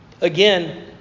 Again